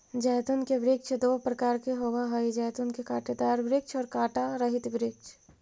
जैतून के वृक्ष दो प्रकार के होवअ हई जैतून के कांटेदार वृक्ष और कांटा रहित वृक्ष